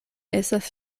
estas